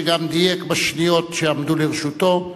שגם דייק בשניות שעמדו לרשותו.